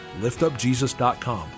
liftupjesus.com